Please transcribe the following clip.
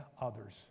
others